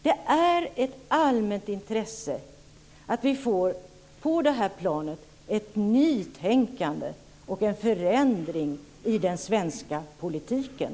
Det är ett allmänt intresse att vi på det här planet får ett nytänkande och en förändring i den svenska politiken.